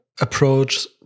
approach